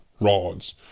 rods